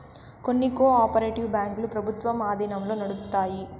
కొన్ని cooperative బ్యాంకులు ప్రభుత్వం ఆధీనంలో నడుత్తాయి